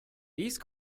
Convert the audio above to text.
these